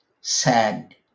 sad